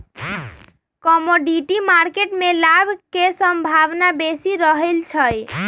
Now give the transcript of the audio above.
commodity market में लाभ के संभावना बेशी रहइ छै